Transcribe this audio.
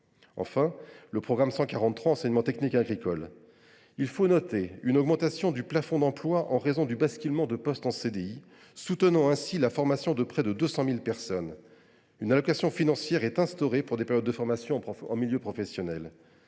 sein du programme 143 « Enseignement technique agricole », notons une augmentation du plafond d’emplois, en raison du basculement de postes en CDI, soutenant la formation de près de 200 000 personnes. Une allocation financière est instaurée pour les périodes de formation en milieu professionnel.